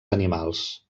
animals